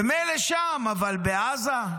ומילא שם, אבל בעזה,